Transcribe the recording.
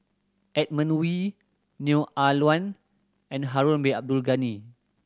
Edmund Wee Neo Ah Luan and Harun Bin Abdul Ghani